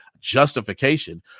justification